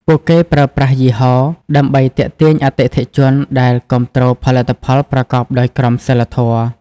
ពួកគេប្រើប្រាស់យីហោ ដើម្បីទាក់ទាញអតិថិជនដែលគាំទ្រផលិតផលប្រកបដោយក្រមសីលធម៌ ។